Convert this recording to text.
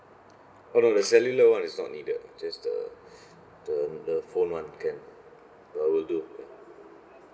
oh no the cellular [one] is not needed just the the the phone [one] can uh will do ya